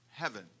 heaven